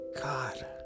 god